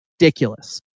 ridiculous